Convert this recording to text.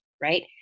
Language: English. right